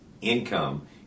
income